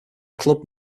club